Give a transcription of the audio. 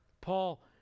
Paul